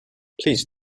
please